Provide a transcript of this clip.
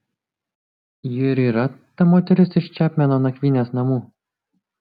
ji ir yra ta moteris iš čepmeno nakvynės namų